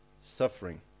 suffering